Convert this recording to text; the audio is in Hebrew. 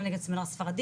גם נגד הסמינר הספרדי,